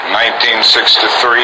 1963